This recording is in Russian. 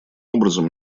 образом